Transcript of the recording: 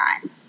time